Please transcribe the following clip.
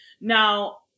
Now